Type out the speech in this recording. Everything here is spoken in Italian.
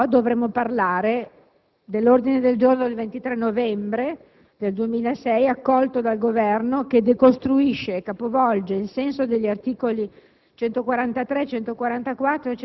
Se ci limitassimo a ciò dovremmo parlare dell'ordine del giorno del 23 novembre del 2006, accolto dal Governo, che decostruisce e capovolge il senso dei commi